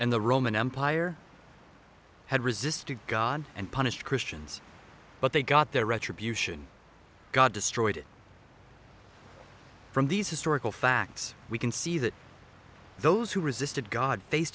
and the roman empire had resisted god and punished christians but they got their retribution god destroyed from these historical facts we can see that those who resisted god face